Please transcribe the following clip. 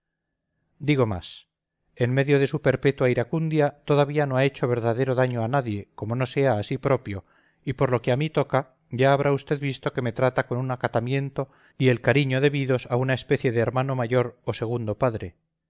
digo más en medio de su perpetua iracundia todavía no ha hecho verdadero daño a nadie como no sea a sí propio y por lo que a mí toca ya habrá usted visto que me trata con un acatamiento y el cariño debidos a una especie de hermano mayor o segundo padre